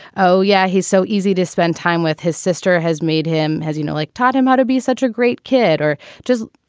oh, yeah, he's so easy to spend time with. his sister has made him has, you know, like taught him how to be such a great kid or just.